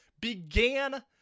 began